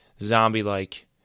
zombie-like